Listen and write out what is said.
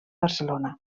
barcelona